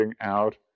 out